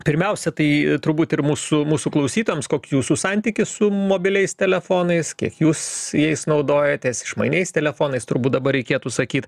pirmiausia tai turbūt ir mūsų mūsų klausytojams koks jūsų santykis su mobiliais telefonais kiek jūs jais naudojatės išmaniais telefonais turbūt dabar reikėtų sakyt